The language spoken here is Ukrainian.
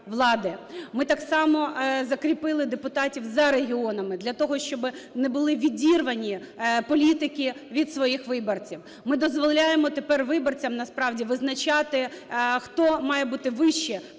Ми так само закріпили депутатів за регіонами для того, щоби не були відірвані політики від своїх виборців. Ми дозволяємо тепер виборцям насправді визначати, хто має бути вище